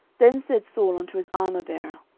then said saul unto his armourbearer,